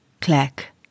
Clack